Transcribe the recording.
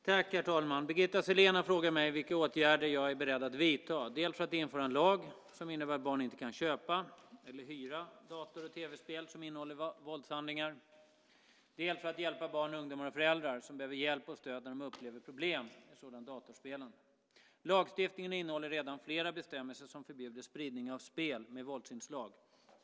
Herr talman! Birgitta Sellén har frågat mig vilka åtgärder jag är beredd att vidta dels för att införa en lag som innebär att barn inte kan köpa eller hyra dator och tv-spel som innehåller våldshandlingar, dels för att hjälpa barn, ungdomar och föräldrar som behöver hjälp och stöd när de upplever problem med sådant datorspelande. Lagstiftningen innehåller redan flera bestämmelser som förbjuder spridning av spel med våldsinslag.